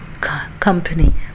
company